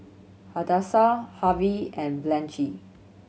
Hadassah Harvey and Blanchie